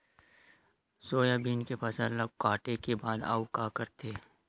Soybean के फसल ल काटे के बाद आऊ का करथे?